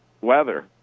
Weather